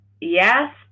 Yes